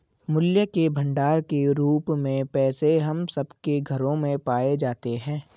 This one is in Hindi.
मूल्य के भंडार के रूप में पैसे हम सब के घरों में पाए जाते हैं